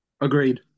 Agreed